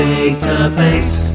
Database